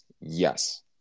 yes